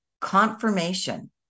confirmation